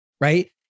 right